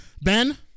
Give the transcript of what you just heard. Ben